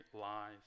lies